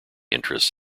interests